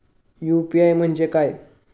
UPI म्हणजे काय?